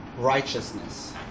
Righteousness